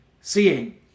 seeing